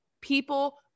people